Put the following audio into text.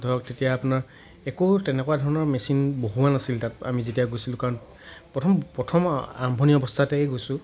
ধৰক তেতিয়া আপোনাৰ একো তেনেকুৱা ধৰণৰ মেচিন বহোৱা আছিল তাত আমি যেতিয়া গৈছিলোঁ কাৰণ প্ৰথম প্ৰথম আৰম্ভণি অৱস্থাতে গৈছোঁ